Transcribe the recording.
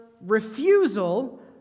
refusal